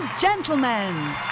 Gentlemen